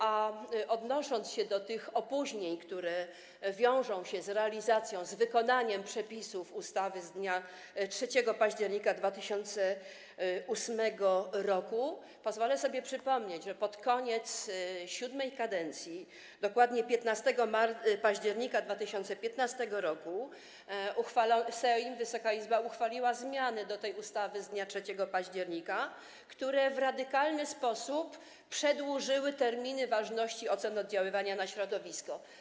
A odnosząc się do tych opóźnień, które wiążą się z realizacją, z wykonaniem przepisów ustawy z dnia 3 października 2008 r., pozwolę sobie przypomnieć, że pod koniec VII kadencji, dokładnie 15 października 2015 r., Sejm, Wysoka Izba, uchwalił zmiany do tej ustawy z dnia 3 października, które w radykalny sposób przedłużyły terminy ważności ocen oddziaływania na środowisko.